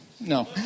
No